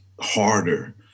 harder